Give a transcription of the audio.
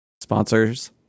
Sponsors